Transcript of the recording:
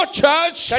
church